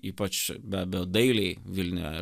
ypač be abejo dailei vilniuje